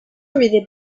read